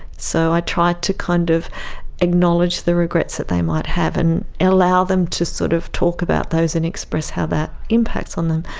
so i try to kind of acknowledge the regrets that they might have and allow them to sort of talk about those and express how that impacts on them,